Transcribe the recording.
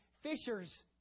fishers